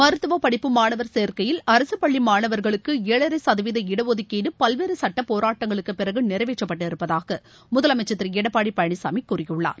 மருத்துவப்படிப்பு மாணவர் சேர்க்கையில் அரசு பள்ளி மாணவர்களுக்கு ஏழரை சதவீத இடஒதுக்கீடு பல்வேறு சட்ட போராட்டங்களுக்கு பிறகு நிறைவேற்றப்பட்டிருப்பதாக முதலனமச்சர் திரு எடப்பாடி பழனிசாமி கூறியுள்ளார்